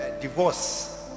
divorce